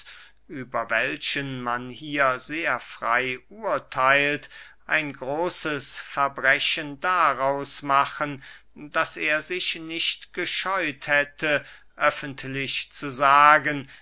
hier sehr frey urtheilt ein großes verbrechen daraus machen daß er sich nicht gescheuet hätte öffentlich zu sagen